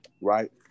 right